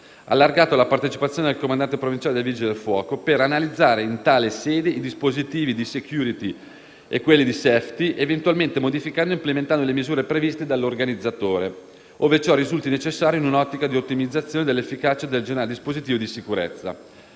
allargato alla partecipazione del comandante provinciale dei Vigili del fuoco, per analizzare in tale sede i dispositivi di *security* e quelli di *safety*, eventualmente modificando o implementando le misure previste dall'organizzatore, ove ciò risulti necessario in un'ottica di ottimizzazione dell'efficacia del generale dispositivo di sicurezza.